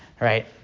right